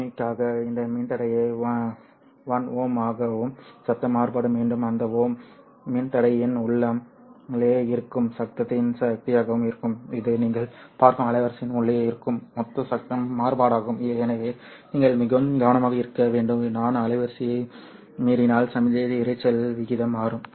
எளிமைக்காக இந்த மின்தடையை 1 Ω ஆகவும் சத்தம் மாறுபாடு மீண்டும் அந்த Ω மின்தடையின் உள்ளே இருக்கும் சத்தத்தின் சக்தியாகவும் இருக்கும் இது நீங்கள் பார்க்கும் அலைவரிசையின் உள்ளே இருக்கும் மொத்த சத்தம் மாறுபாடாகும் எனவே நீங்கள் மிகவும் கவனமாக இருக்க வேண்டும் நான் அலைவரிசையை மாற்றினால் சமிக்ஞை இரைச்சல் விகிதம் மாறும்